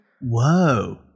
Whoa